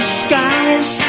skies